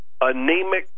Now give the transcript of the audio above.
anemic